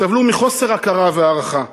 סבלו מחוסר הכרה והערכה.